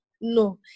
No